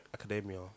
Academia